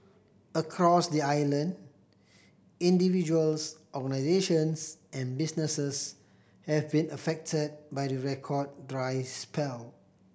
across the island individuals organisations and businesses have been affected by the record dry spell